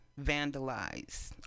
vandalized